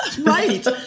Right